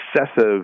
excessive